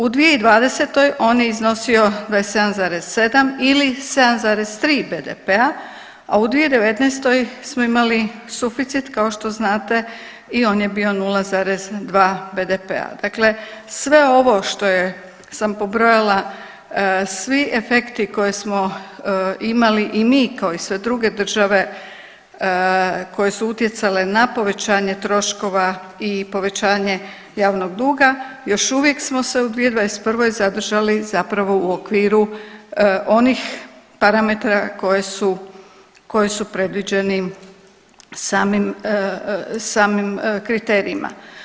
U 2020. on je iznosio 27,7 ili 7,3 BDP-a, a u 2019. smo imali suficit kao što znate i on je bio 0,2 BDP-a. dakle sve ovo što sam pobrojala svi efekti koje smo imali i mi kao i sve druge države koje su utjecale na povećanje troškova i povećanje javnog duga još uvijek smo se u 2021. zadržali zapravo u okviru onih parametara koji su predviđeni samim kriterijima.